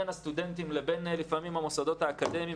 בין הסטודנטים לבין לפעמים המוסדות האקדמיים,